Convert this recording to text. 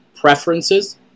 preferences